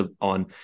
on